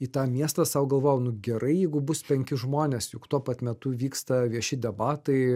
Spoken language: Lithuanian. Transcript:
į tą miestą sau galvojau nu gerai jeigu bus penki žmonės juk tuo pat metu vyksta vieši debatai